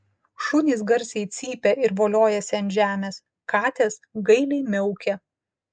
šunys garsiai cypia ir voliojasi ant žemės katės gailiai miaukia